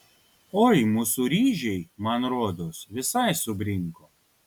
oi mūsų ryžiai man rodos visai subrinko